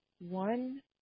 one